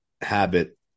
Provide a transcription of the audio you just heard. habit